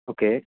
okay